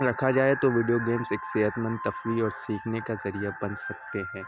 رکھا جائے تو ویڈیو گیمس ایک صحت مند تفریح اور سیکھنے کا ذریعہ بن سکتے ہیں